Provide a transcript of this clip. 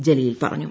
ജലീൽ പറഞ്ഞു